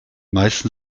meisten